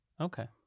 Okay